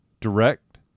Direct